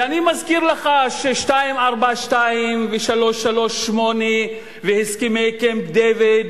ואני מזכיר לך ש-242 ו-338 והסכמי קמפ-דייוויד